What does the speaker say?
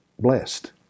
blessed